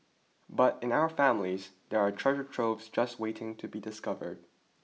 but in our families there are treasure troves just waiting to be discovered